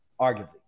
arguably